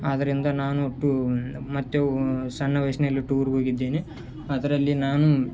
ಆದರಿಂದ ನಾನು ಟೂ ಮತ್ತು ಸಣ್ಣ ವಯಸ್ಸಿನಲ್ಲಿ ಟೂರಿಗೆ ಹೋಗಿದೇನೆ ಅದರಲ್ಲಿ ನಾನು